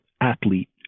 athlete